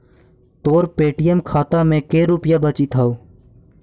तोर पे.टी.एम खाता में के रुपाइया बचित हउ